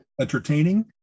entertaining